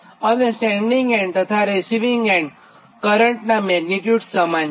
અને sending end તથા receiving end current સમાન મેગ્નીડ્યુડનાં છે